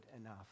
enough